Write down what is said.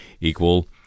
equal